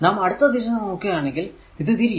നാം അടുത്ത ദിശ നോക്കുകയാണെങ്കിൽ ഇത് തിരിയും